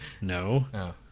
No